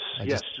yes